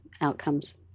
outcomes